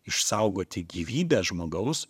išsaugoti gyvybę žmogaus